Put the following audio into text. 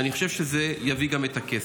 אני חושב שזה גם יביא את הכסף.